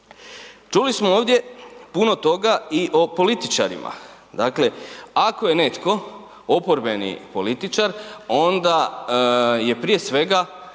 Čuli smo ovdje puno toga i o političarima. Dakle ako je netko oporbeni političar, onda je prije svega